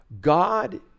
God